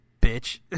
Bitch